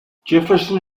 jefferson